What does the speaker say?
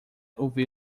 ouvi